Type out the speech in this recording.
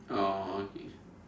oh okay